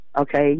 okay